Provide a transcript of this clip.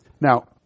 Now